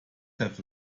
have